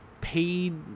paid